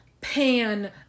pan